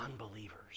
unbelievers